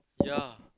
yeah